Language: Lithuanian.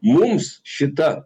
mums šita